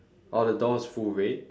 oh the door is full red